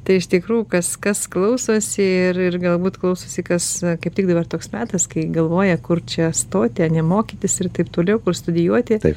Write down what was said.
tai iš tikrųjų kas kas klausosi ir ir galbūt klausosi kas kaip tik dabar toks metas kai galvoja kur čia stoti ar ne mokytis ir taip toliau kur studijuoti